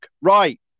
Right